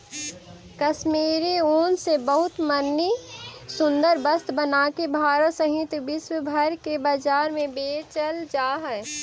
कश्मीरी ऊन से बहुत मणि सुन्दर वस्त्र बनाके भारत सहित विश्व भर के बाजार में बेचल जा हई